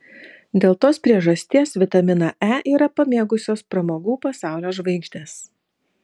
dėl tos priežastis vitaminą e yra pamėgusios pramogų pasaulio žvaigždės